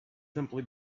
simply